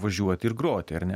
važiuoti ir groti ar ne